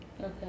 Okay